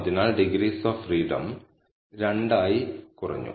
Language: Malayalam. അതിനാൽ ഡിഗ്രീസ് ഓഫ് ഫ്രീഡം 2 ആയി കുറഞ്ഞു